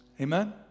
Amen